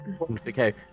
Okay